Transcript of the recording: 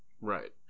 Right